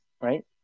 right